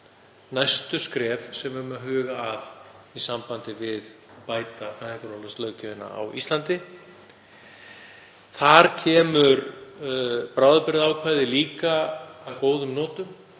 næstu skref sem við eigum að huga að í sambandi við að bæta fæðingarorlofslöggjöfina á Íslandi. Þar kemur bráðabirgðaákvæðið líka að góðum notum